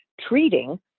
treating